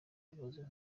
bibazo